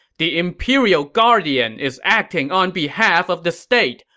the imperial guardian is acting on behalf of the state!